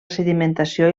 sedimentació